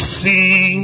see